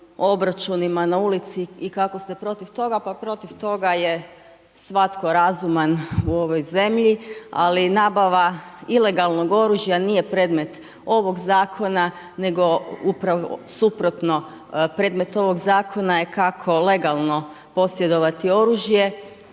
obračunima na ulici i kako ste protiv toga. Pa protiv toga je svatko razuman u ovoj zemlji. Ali nabava ilegalnog oružja nije predmet ovoga zakona, nego upravo suprotno predmet ovoga zakona je kako legalno posjedovati oružje